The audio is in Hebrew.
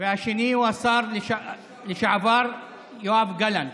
והשני הוא השר לשעבר יואב גלנט.